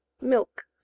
Milk